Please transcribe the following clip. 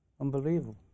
Unbelievable